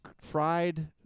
fried